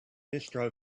bistro